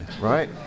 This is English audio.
right